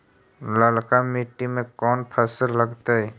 ललका मट्टी में कोन फ़सल लगतै?